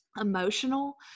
emotional